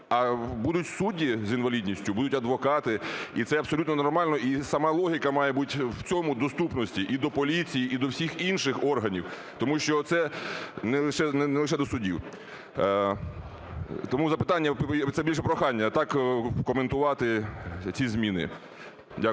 а будуть судді з інвалідністю, будуть адвокати, і це абсолютно нормально, і сама логіка має бути в цьому – доступності і до поліції, і до всіх інших органів, тому що це не лише до судів? Тому запитання, це більше прохання: так коментувати ці зміни.